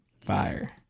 Fire